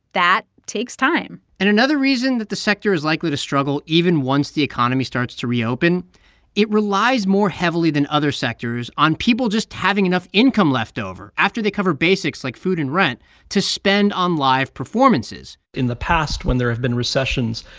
that takes time and another reason that the sector is likely to struggle even once the economy starts to reopen it relies more heavily than other sectors on people just having enough income left over after they cover basics like food and rent to spend on live performances in the past, when there have been recessions,